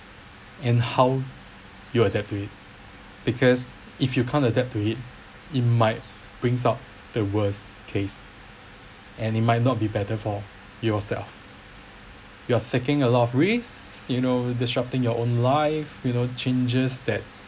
and how you adapt to it because if you can't adapt to it it might brings out the worst case and it might not be better for yourself you're taking a lot of risk you know disrupting your own life you know changes that